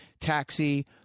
Taxi